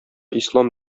ислам